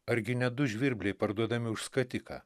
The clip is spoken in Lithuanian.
argi ne du žvirbliai parduodami už skatiką